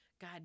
God